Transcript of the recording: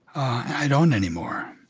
i don't anymore.